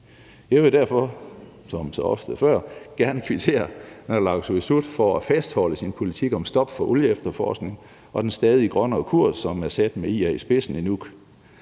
Jeg vil derfor som så ofte før gerne kvittere for, at naalakkersuisut fastholder sin politik om et stop for olieefterforskning og for den stadig grønnere kurs, som med IA i spidsen er